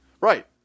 Right